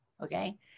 okay